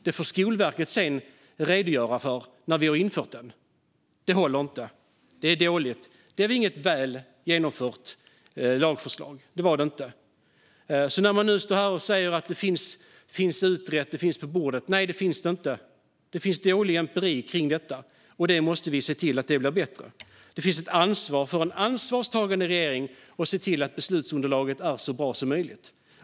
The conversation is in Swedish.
Det får Skolverket redogöra för när vi har infört den. Det håller inte. Det är dåligt. Det är inget väl genomfört lagförslag. Det var det inte. Nu står man här och säger att det är utrett och att det finns på bordet. Nej, det gör det inte. Det finns dålig empiri kring detta, och vi måste se till att det blir bättre. Det finns ett ansvar för en ansvarstagande regering att se till att beslutsunderlaget är så bra som möjligt.